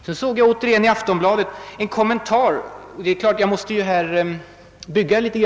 Vidare såg jag i Aftonbladet en intressant kommentar.